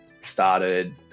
started